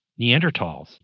Neanderthals